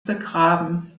begraben